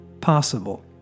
possible